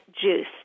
juice